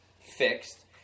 fixed